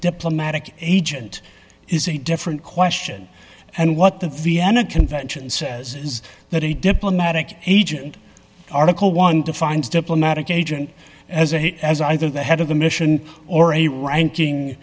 diplomatic agent is a different question and what the vienna convention says is that a diplomatic agent article one defines diplomatic agent as it as either the head of the mission or a ranking